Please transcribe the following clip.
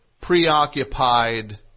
preoccupied